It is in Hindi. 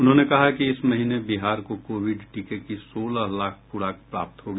उन्होंने कहा कि इस महीने बिहार को कोविड टीके की सोलह लाख खुराक प्राप्त होगी